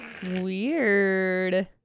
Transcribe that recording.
Weird